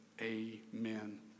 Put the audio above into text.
Amen